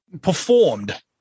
performed